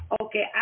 Okay